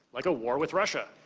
like a war with russia.